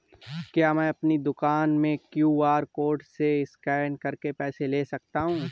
क्या मैं अपनी दुकान में क्यू.आर कोड से स्कैन करके पैसे ले सकता हूँ?